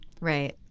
Right